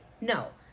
No